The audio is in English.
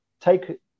take